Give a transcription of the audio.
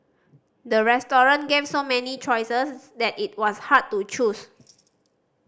the restaurant gave so many choices that it was hard to choose